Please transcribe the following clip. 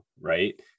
right